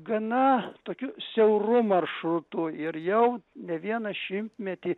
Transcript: gana tokiu siauru maršrutu ir jau ne vieną šimtmetį